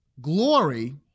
glory